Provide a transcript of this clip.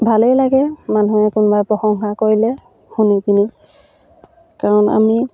ভালেই লাগে মানুহে কোনোবাই প্ৰশংসা কৰিলে শুনি পিনি কাৰণ আমি